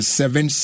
seven